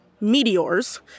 meteors